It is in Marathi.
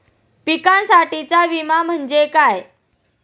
पिकांसाठीचा विमा म्हणजे काय?